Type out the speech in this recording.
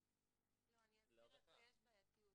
אני אסביר איפה יש בעייתיות.